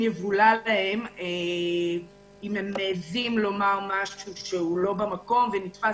יבולע להם אם הם מעיזים לומר משהו שהוא לא במקום ונתפס